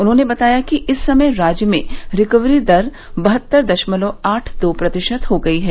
उन्होंने बताया कि इस समय राज्य में रिकवरी दर बहत्तर दशमलव आठ दो प्रतिशत हो गई है